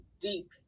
deep